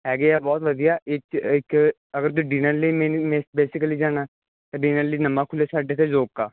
ਹੈਗੇ ਆ ਬਹੁਤ ਵਧੀਆ ਇੱਥੇ ਇੱਕ ਅਗਰ ਡਿੱਨਰ ਲਈ ਨਹੀਂ ਬੇਸਿਕਲੀ ਜਾਣਾ ਡਿੱਨਰ ਲਈ ਨਵਾਂ ਖੁਲ੍ਹਿਆ ਸਾਡੇ ਇੱਥੇ ਰੋਕਾ